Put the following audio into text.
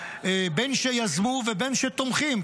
בין שיזמו ובין שתומכים,